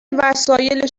وسایل